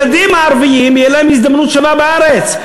שהילדים הערבים, תהיה להם הזדמנות שווה בארץ.